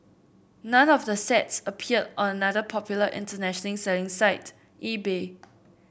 none of the sets appeared on another popular international selling site eBay